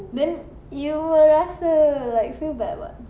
then you will rasa like feel bad [what]